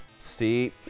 see